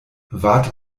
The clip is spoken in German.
warte